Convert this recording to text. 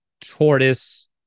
tortoise